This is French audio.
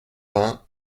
vingt